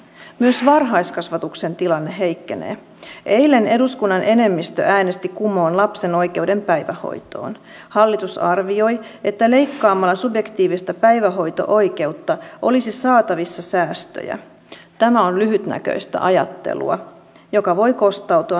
eli yhteiskunta ei ole vain kapea siivu kapea sektori vaan yhteiskunta on kokonaisuus johon kuuluu sekä julkinen työ että yksityinen työ ja nämä tukevat toisiansa ja ovat välttämättömiä jotta myös toinen työ voi toteutua